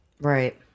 Right